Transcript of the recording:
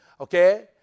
Okay